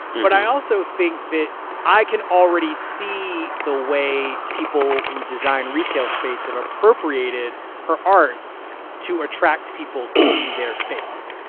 but i also think that i can already see the way people who design retail space have appropriated her art to attract people to their space.